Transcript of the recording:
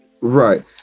Right